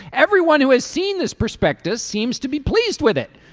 everyone who has seen this prospectus seems to be pleased with it.